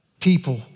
people